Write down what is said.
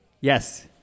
yes